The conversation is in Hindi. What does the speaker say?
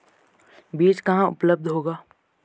बीज कहाँ उपलब्ध होगा?